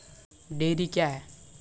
Dairy क्या हैं?